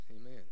Amen